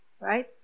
right